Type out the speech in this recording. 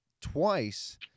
twice